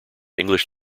english